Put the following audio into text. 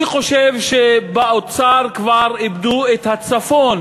אני חושב שבאוצר כבר איבדו את הצפון